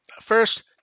First